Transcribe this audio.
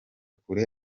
kure